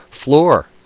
Floor